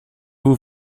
vous